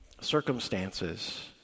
Circumstances